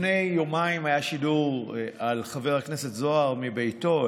לפני יומיים היה שידור על חבר הכנסת זוהר מביתו,